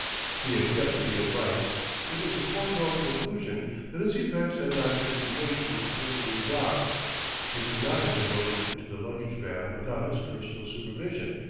he accepted the advice it was a foregone conclusion that his effects had not been conveyed to the tilbury dock they could not have been loaded into the luggage van without his personal supervision.